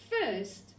first